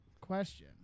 question